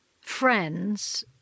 friends